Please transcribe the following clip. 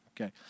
Okay